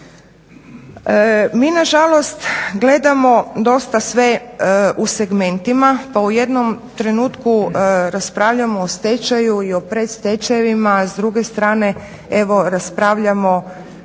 Mi nažalost gledamo dosta sve u segmentima pa u jednom trenutku raspravljamo o stečaju i o predstečajevima, s druge strane evo raspravljamo